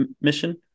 mission